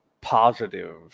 positive